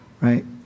Right